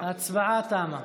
ההצבעה תמה.